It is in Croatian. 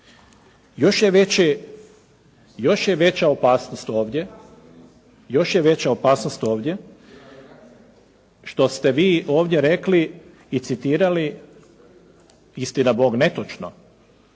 Još je veća opasnost ovdje što ste vi ovdje rekli i citirali, istina Bog netočno,